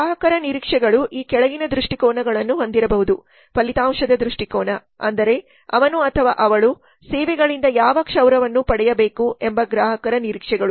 ಗ್ರಾಹಕರ ನಿರೀಕ್ಷೆಗಳು ಈ ಕೆಳಗಿನ ದೃಷ್ಟಿಕೋನಗಳನ್ನು ಹೊಂದಿರಬಹುದು ಫಲಿತಾಂಶದ ದೃಷ್ಟಿಕೋನ ಅಂದರೆ ಅವನು ಅಥವಾ ಅವಳು ಸೇವೆಗಳಿಂದ ಯಾವ ಕ್ಷೌರವನ್ನು ಪಡೆಯಬೇಕು ಎಂಬ ಗ್ರಾಹಕರ ನಿರೀಕ್ಷೆಗಳು